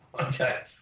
okay